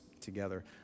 together